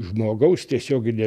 žmogaus tiesiogine